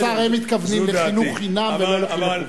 השר, הם מתכוונים לחינוך חינם ולא חובה.